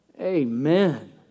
Amen